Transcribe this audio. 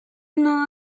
nudo